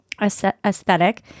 aesthetic